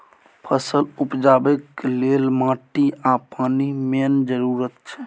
फसल उपजेबाक लेल माटि आ पानि मेन जरुरत छै